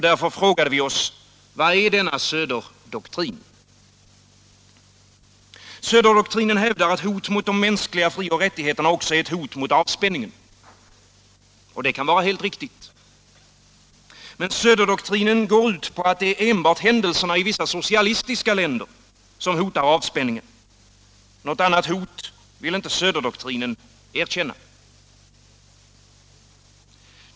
Därför frågar vi oss: Vad är denna Söderdoktrin? Söderdoktrinen hävdar att hot mot de mänskliga frioch rättigheterna också är ett hot mot avspänningen. Det kan vara helt riktigt. Men Söderdoktrinen går ut på att det enbart är händelserna i vissa socialistiska länder som hotar avspänningen. Något annat hot vill inte Söderdoktrinen erkänna.